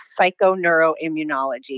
psychoneuroimmunology